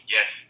Yes